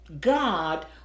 God